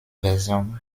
version